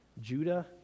Judah